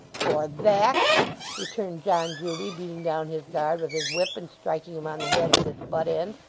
or that returned john grueby, beating down his guard with his whip, and striking him on the head with its butt end.